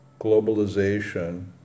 globalization